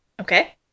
Okay